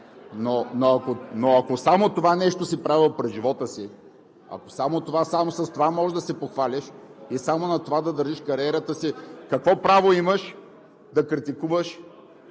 Но ако само това нещо си правил през живота си, ако само с това можеш да се похвалиш и само на това да дължиш кариерата си – какво право имаш да критикуваш